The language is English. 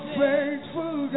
faithful